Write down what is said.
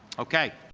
okay.